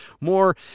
more